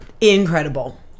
incredible